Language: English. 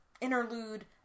interlude